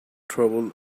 trouble